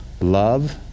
love